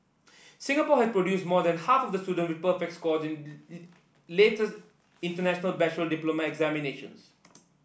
Singapore has produced more than half of the student with perfect scores in latest International Baccalaureate diploma examinations